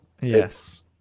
Yes